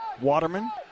Waterman